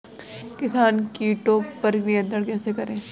किसान कीटो पर नियंत्रण कैसे करें?